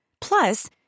Plus